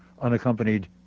unaccompanied